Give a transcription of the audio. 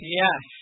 yes